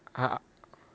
ah